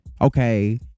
okay